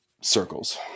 circles